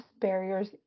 barriers